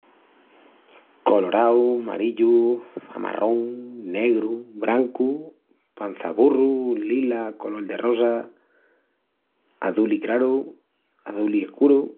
Colorau, marillu, amarrón, negru, brancu, pançaburru, lila, colol de rosa, azuli craru, azuli escuru.